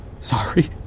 sorry